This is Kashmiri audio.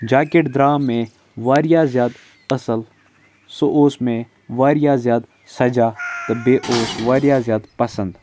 جاکٮ۪ٹ درٛاو مےٚ واریاہ زیادٕ اَصٕل سُہ اوس مےٚ واریاہ زیادٕ سَجان تہٕ بیٚیہِ اوس واریاہ زیادٕ پَسنٛد